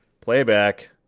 Playback